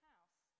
house